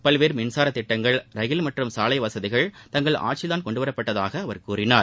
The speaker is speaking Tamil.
பல்வேறு மின்சாரத் திட்டங்கள் ரயில் மற்றும் சாலை வசதிகள் தங்கள் ஆட்சியில் கொண்டுவரப்பட்டதாக அவர் கூறினார்